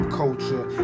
culture